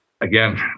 Again